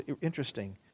interesting